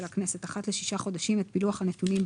הכנסת אחת לשישה חודשים את פילוח הנתונים,